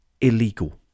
illegal